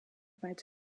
provides